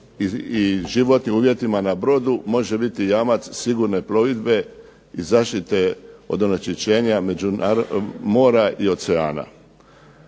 i životnim uvjetima na brodu može biti jamac sigurne plovidbe i zaštite od onečišćenja mora i oceana.